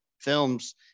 films